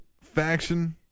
faction